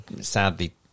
sadly